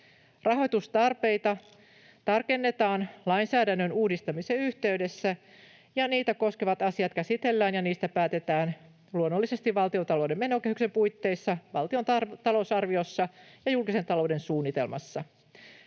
Rahoitustarpeita tarkennetaan lainsäädännön uudistamisen yhteydessä, ja niitä koskevat asiat käsitellään ja niistä päätetään luonnollisesti valtiontalouden menokehyksen puitteissa valtion talousarviossa ja julkisen talouden suunnitelmassa.